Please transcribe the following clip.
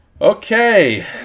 Okay